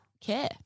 care